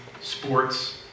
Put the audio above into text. sports